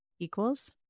equals